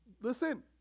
listen